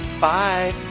Bye